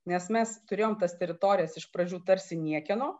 nes mes turėjom tas teritorijas iš pradžių tarsi niekieno